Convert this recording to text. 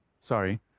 Sorry